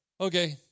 Okay